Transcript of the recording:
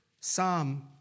Psalm